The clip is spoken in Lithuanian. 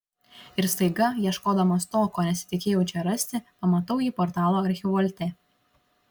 ir staiga ieškodamas to ko nesitikėjau čia rasti pamatau jį portalo archivolte